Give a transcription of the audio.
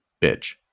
bitch